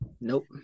Nope